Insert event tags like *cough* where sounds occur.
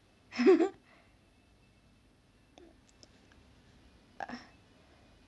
*laughs*